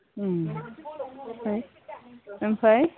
ओमफ्राय ओमफाय